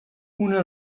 una